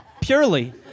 purely